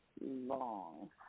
Long